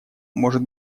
может